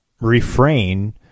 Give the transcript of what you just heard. refrain